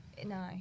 No